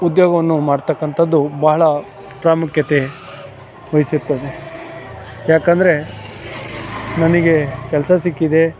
ಉದ್ಯೋಗವನ್ನು ಮಾಡ್ತಕ್ಕಂಥದ್ದು ಭಾಳ ಪ್ರಾಮುಖ್ಯತೆ ವಹಿಸಿರ್ತದೆ ಯಾಕಂದರೆ ನಮಗೆ ಕೆಲಸ ಸಿಕ್ಕಿದೆ